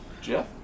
Jeff